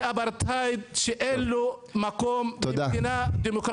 זה אפרטהייד שאין לו מקום מבחינה דמוקרטית.